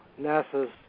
NASA's